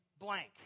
blank